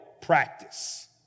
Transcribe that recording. practice